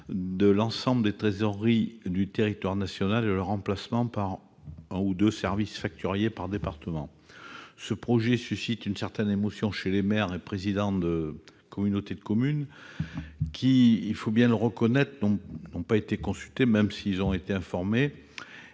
de l'ensemble des trésoreries situées sur le territoire national et leur remplacement par un ou deux services facturiers par département. Ce projet suscite une certaine émotion chez les maires et présidents de communautés de communes, qui, il faut bien le reconnaître, n'ont pas été consultés, même s'ils en ont été informés,